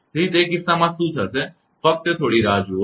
તેથી તે કિસ્સામાં શું થશે ફકત થોડી રાહ જુઓ